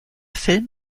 film